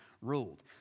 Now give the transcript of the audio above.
ruled